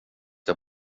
jag